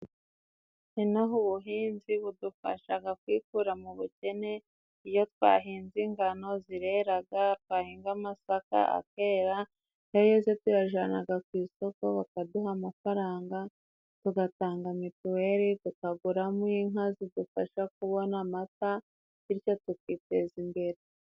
Ino aha ubuhinzi budufasha kwikura mu bukene iyo twahinze ingano zirera, twahinga amasaka akera, iyo yeze tuyajyana ku isoko bakaduha amafaranga tugatanga mituweli, tukaguramo inka zidufasha kubona amata bityo tukiteza imbere.